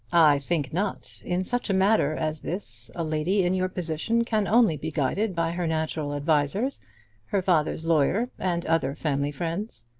think not. in such a matter as this a lady in your position can only be guided by her natural advisers her father's lawyer and other family friends.